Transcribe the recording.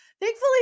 Thankfully